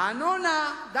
האנונה היא בעיה.